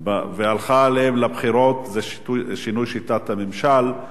ועליהן היא הלכה לבחירות, זה שינוי שיטת הממשל,